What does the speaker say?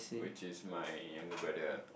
which is my younger brother ah